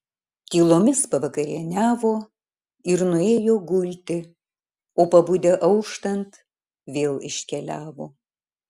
tylomis pavakarieniavo ir nuėjo gulti o pabudę auštant vėl iškeliavo